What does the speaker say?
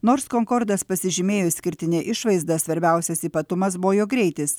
nors konkordas pasižymėjo išskirtine išvaizda svarbiausias ypatumas buvo jo greitis